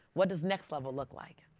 what does next level look like?